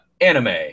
Anime